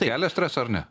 kelia stresą ar ne